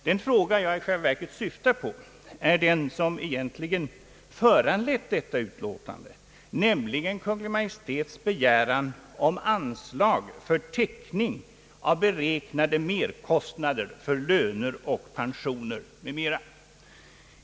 Den fråga jag syftar på är den som egentligen föranlett detta utlåtande, nämligen Kungl. Maj:ts begäran om anslag för täckning för beräknade merkostnader för löner och pensioner m.m.